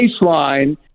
baseline